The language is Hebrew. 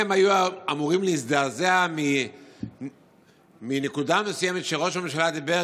הם היו אמורים להזדעזע מנקודה מסוימת שראש הממשלה דיבר